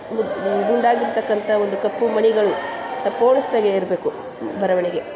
ಮುದ್ ಗುಂಡಾಗಿರ್ತಕ್ಕಂಥ ಒಂದು ಕಪ್ಪು ಮಣಿಗಳು ಪೋಣಿಸ್ದಾಗೇ ಇರಬೇಕು ಬರವಣಿಗೆ